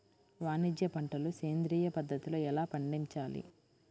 వాణిజ్య పంటలు సేంద్రియ పద్ధతిలో ఎలా పండించాలి?